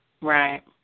Right